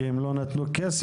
כי הם לא נתנו כסף,